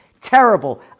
terrible